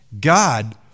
God